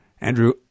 Andrew